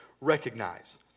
recognize